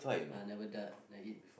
I never da~ I eat before